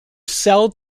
cell